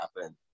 happen